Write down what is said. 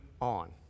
on